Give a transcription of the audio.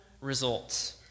results